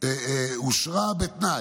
אושרה בתנאי.